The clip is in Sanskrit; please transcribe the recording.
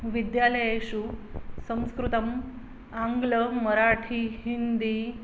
विद्यालयेषु संस्कृतम् आङ्ग्लं मराठी हिन्दी